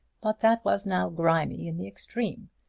but that was now grimy in the extreme.